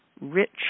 rich